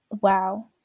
Wow